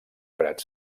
prats